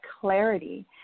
clarity